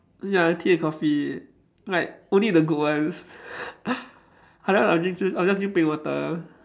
ya tea and coffee like only the good ones other than I'll only choose I'll just drink plain water